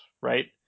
right